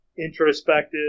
Introspective